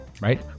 Right